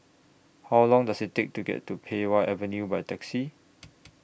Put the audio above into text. How Long Does IT Take to get to Pei Wah Avenue By Taxi